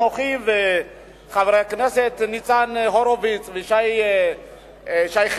אנוכי וחברי הכנסת ניצן הורוביץ ושי חרמש,